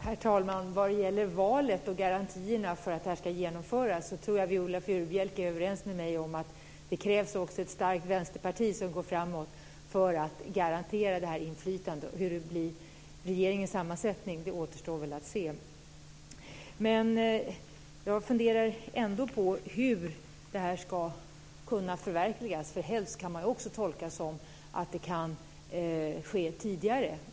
Herr talman! Vad gäller valet och garantierna för att det ska genomföras tror jag att Viola Furubjelke är överens med mig om att det också krävs ett starkt vänsterparti som går framåt för garantera inflytandet. Hur regeringens sammansättning blir återstår att se. Jag funderar ändå på hur det ska kunna förverkligas. Man kan också tolka "helst" som att det kan ske tidigare.